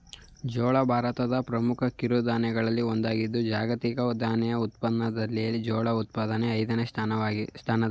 ಜೋಳ ಭಾರತದ ಪ್ರಮುಖ ಕಿರುಧಾನ್ಯಗಳಲ್ಲಿ ಒಂದಾಗಿದೆ ಜಾಗತಿಕ ಧಾನ್ಯ ಉತ್ಪಾದನೆಯಲ್ಲಿ ಜೋಳ ಉತ್ಪಾದನೆ ಐದನೇ ಸ್ಥಾನದಲ್ಲಿದೆ